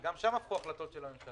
כי גם שם הפכו החלטות של הממשלה.